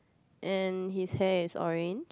and his hair is orange